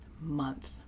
month